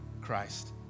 Christ